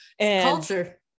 culture